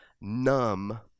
numb